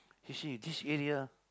you see this area